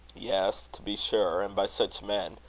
yes, to be sure and by such men.